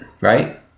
right